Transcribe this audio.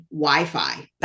Wi-Fi